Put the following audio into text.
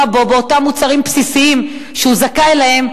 בו באותם מוצרים בסיסיים שהוא זכאי להם,